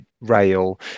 rail